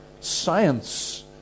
science